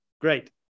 great